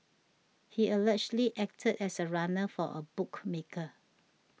he allegedly acted as a runner for a bookmaker